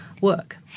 work